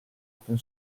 open